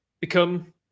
become